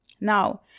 Now